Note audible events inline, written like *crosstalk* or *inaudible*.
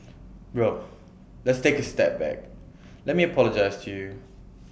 *noise* bro let's take A step back let me apologise to you